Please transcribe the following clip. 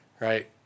right